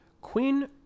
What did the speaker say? queen